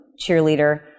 cheerleader